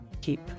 keep